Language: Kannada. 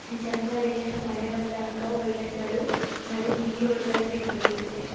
ಜನ್ಗಳು ಹೇಗೆ ಅಂತ ಮಳೆ ಬಂದಾಗ ವೈಯರ್ಗಳು ಮಳೆ ನೀರು ಒಳಗಡೆ ಬಿದ್ದೋಗಿರುತ್ತೆ